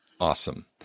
Awesome